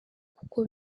kuko